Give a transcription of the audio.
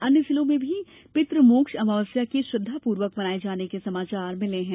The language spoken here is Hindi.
अन्य जिलों से भी पित्रमोक्ष अमावस्या के श्रद्धापूर्वक मनाये जाने के समाचार हैं